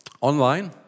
online